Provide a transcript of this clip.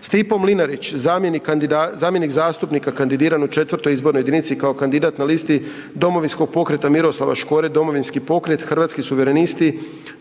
Stipo Mlinarić, zamjenik zastupnika kandidiran u VI. izbornoj jedinici kao kandidat na listi Domovinskog pokreta Miroslava Škore, Domovinski pokret, Hrvatski suverenisti,